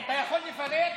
אתה יכול לפרט?